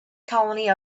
colony